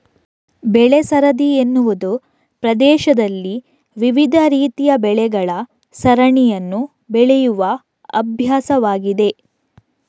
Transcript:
ಬೆಳೆ ಸರದಿ ಎನ್ನುವುದು ಪ್ರದೇಶದಲ್ಲಿ ವಿವಿಧ ರೀತಿಯ ಬೆಳೆಗಳ ಸರಣಿಯನ್ನು ಬೆಳೆಯುವ ಅಭ್ಯಾಸವಾಗಿದೆ